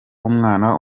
umwana